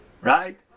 Right